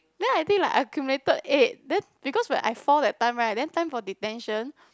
ya I think like accumulated eight then because when I found that time right then time for detention